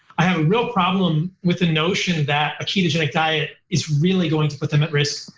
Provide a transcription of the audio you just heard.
i have a real problem with the notion that a ketogenic diet is really going to put them at risk.